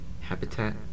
Habitat